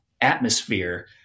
atmosphere